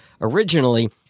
originally